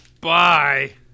Bye